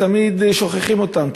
תמיד שוכחים אותם,